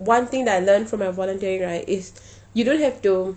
one thing that I learned from my voluntary right is you don't have to